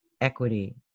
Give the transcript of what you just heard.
equity